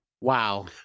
Wow